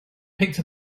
picked